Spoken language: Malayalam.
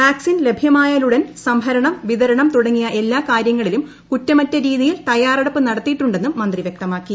വാക്സിൻ ലഭ്യമായാലുടൻ സംഭരണം വിതരണം തുടങ്ങിയ എല്ലാ കാര്യങ്ങളിലും കുറ്റമറ്റ രീതിയിൽ തയ്യാറെടുപ്പ് നടത്തിയിട്ടുണ്ടെന്നും മന്ത്രി വൃക്തമാക്കി